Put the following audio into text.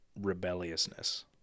rebelliousness